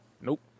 Nope